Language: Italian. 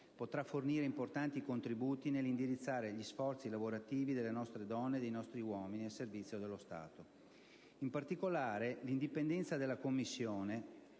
potrà fornire importanti contributi nell'indirizzare gli sforzi lavorativi delle nostre donne e dei nostri uomini a servizio dello Stato. In particolare, l'indipendenza della Commissione